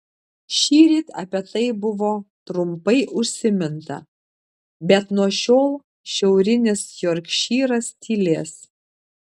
šįryt apie tai buvo trumpai užsiminta bet nuo šiol šiaurinis jorkšyras tylės